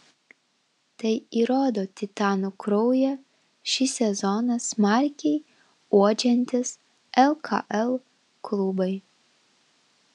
tai įrodo titanų kraują šį sezoną smarkiai uodžiantys lkl klubai